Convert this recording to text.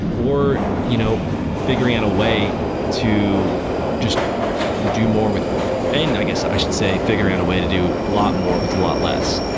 or you know figuring out a way to just do more with and i guess i should say figure out a way to do a lot more with a lot less.